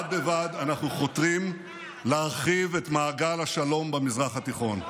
בד בבד אנחנו חותרים להרחיב את מעגל השלום במזרח התיכון.